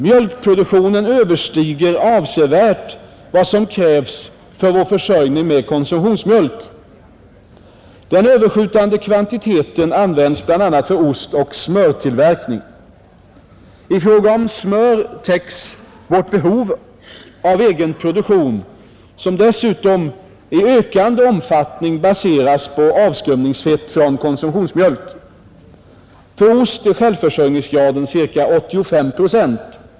Mjölkproduktionen överstiger avsevärt vad som krävs för vår försörjning med konsumtionsmjölk. Den överskjutande kvantiteten används bl.a. för ostoch smörtillverkning. I fråga om smör täcks vårt behov av egen produktion, som dessutom i ökande omfattning baseras på avskumningsfett från konsumtionsmjölk. För ost är självförsörjningsgraden ca 85 procent.